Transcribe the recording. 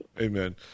amen